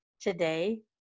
today